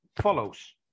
follows